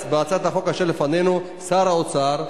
בהצעת החוק אשר לפנינו שר האוצר,